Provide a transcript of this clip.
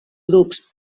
grups